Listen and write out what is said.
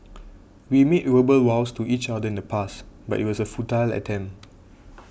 we made verbal vows to each other in the past but it was a futile attempt